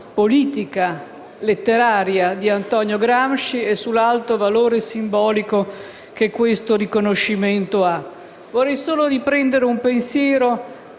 politica e letteraria di Antonio Gramsci e sull'alto valore simbolico che ha questo riconoscimento. Vorrei solo riprendere un pensiero